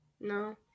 No